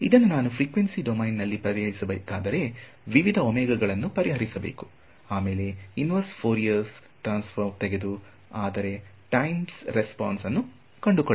ಇದನ್ನು ನಾನು ಫ್ರಿಕ್ವೆನ್ಸಿ ಡೊಮೈನ್ನಲ್ಲಿ ಪರಿಹರಿಸ ಬೇಕಾದರೆ ವಿವಿಧ ಒಮೇಗಾ ಗಳನ್ನು ಪರಿಹರಿಸಬೇಕು ಆಮೇಲೆ ಇನ್ವರ್ಸ್ ಫೋರಿಯರ್ ಟ್ರಾನ್ಸ್ ಫಾರ್ಮ್ ತೆಗೆದು ಅದರ ಟೈಮ್ ರೆಸ್ಪಾನ್ಸ್ ಅನ್ನು ಕಂಡುಕೊಳ್ಳಬೇಕು